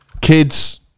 Kids